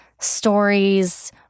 stories